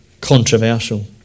controversial